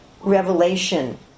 revelation